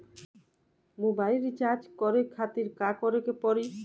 Mobile recharge करे खातिर का करे के पड़ी?